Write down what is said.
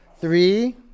three